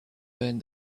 learned